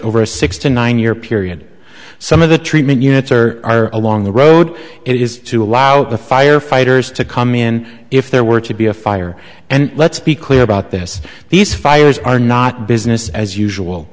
over a six to nine year period some of the treatment units are are along the road it is to allow the firefighters to come in if there were to be a fire and let's be clear about this these fires are not business as usual